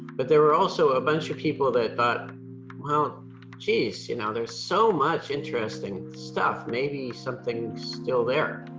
but there were also a bunch of people that thought well geez you know there's so much interesting stuff maybe something's still there.